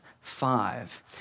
five